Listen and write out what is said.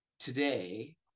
Today